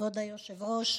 כבוד היושב-ראש,